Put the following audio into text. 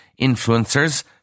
influencers